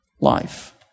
life